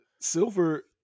Silver